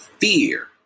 fear